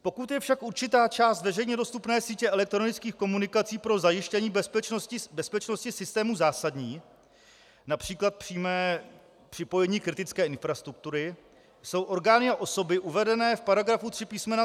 Pokud je však určitá část veřejně dostupné sítě elektronických komunikací pro zajištění bezpečnosti systému zásadní, například přímé připojení kritické infrastruktury, jsou orgány a osoby uvedené v § 3 písm.